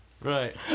Right